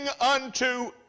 unto